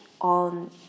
on